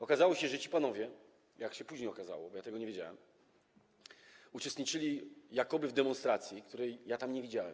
Okazało się, że ci panowie - jak się później okazało, bo ja tego nie wiedziałem - uczestniczyli jakoby w demonstracji, której ja tam nie widziałem.